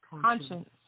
Conscience